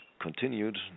continued